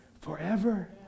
forever